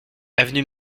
avenue